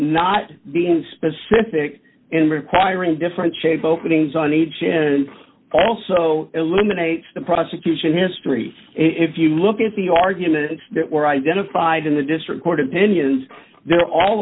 not being specific and requiring different shape openings on each also eliminates the prosecution history if you look at the arguments that were identified in the district court opinions they're all